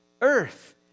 Earth